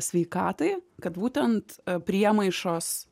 sveikatai kad būtent priemaišos